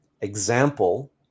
example